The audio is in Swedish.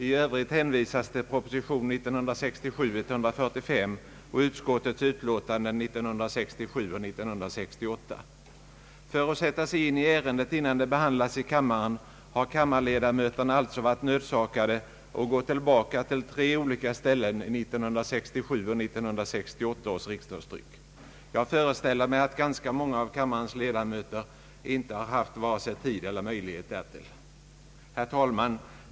I övrigt hänvisas till propositionen 1967: 145 och utskottsutlåtanden 1967 och 1968. För att sätta sig in i ärendet innan det behandlas i kammaren har kammarledamöterna alltså varit nödsakade att gå tillbaka till tre olika ställen i 1967 och 1968 års riksdagstryck. Jag föreställer mig att ganska många av kammarens ledamöter inte haft vare sig tid eller möjlighet därtill. Herr talman!